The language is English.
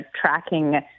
tracking